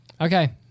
Okay